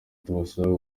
turabasaba